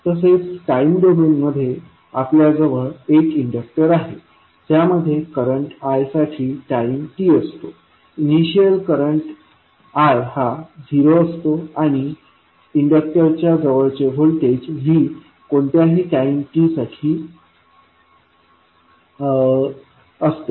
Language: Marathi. तसेच टाइम डोमेनमध्ये आपल्याजवळ एक इंडक्टर आहे ज्यामध्ये करंट I साठी टाईम t असतो इनिशियल करंट i हा 0 असतो आणि इंडक्टरच्या जवळचे व्होल्टेज v कोणत्याही टाईम t साठी असते